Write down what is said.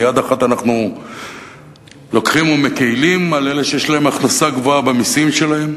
ביד אחד אנחנו לוקחים ומקלים על אלה שיש להם הכנסה גבוהה במסים שלהם,